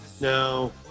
No